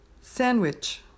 sandwich